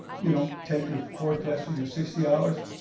you know take your core classes, your sixty hours.